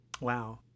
Wow